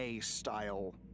style